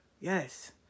Yes